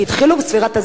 כי התחילו בספירה,